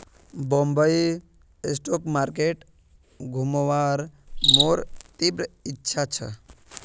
Bombay stock market घुमवार मोर तीव्र इच्छा छ